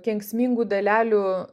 kenksmingų dalelių